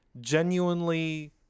genuinely